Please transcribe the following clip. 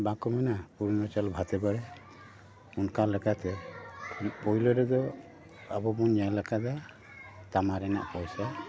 ᱵᱟᱠᱚ ᱢᱮᱱᱟ ᱯᱩᱨᱳᱱᱳ ᱪᱟᱞ ᱵᱷᱟᱛᱮ ᱵᱟᱲᱮ ᱚᱱᱠᱟ ᱞᱮᱠᱟᱛᱮ ᱯᱳᱭᱞᱳ ᱨᱮᱫᱚ ᱟᱵᱚᱵᱚᱱ ᱧᱮᱞ ᱟᱠᱟᱫᱟ ᱛᱟᱢᱟ ᱨᱮᱱᱟᱜ ᱯᱚᱭᱥᱟ